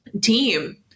team